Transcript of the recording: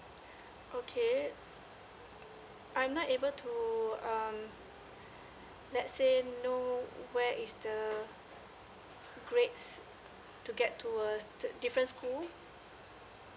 okay I'm not able to um let's say know where is the grades to get to a s~ thir~ different school